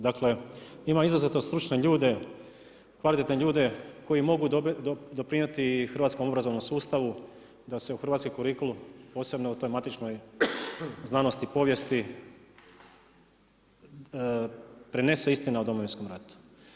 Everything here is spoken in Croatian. Dakle, ima izrazito stručne ljude, kvalitetne ljude koji mogu doprinijeti i hrvatskom obrazovnom sustavu da se u hrvatski kurikulum, posebno o toj matičnoj znanosti povijesti prenese istina o Domovinskom ratu.